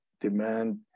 demand